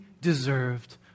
deserved